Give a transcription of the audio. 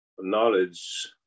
knowledge